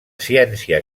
ciència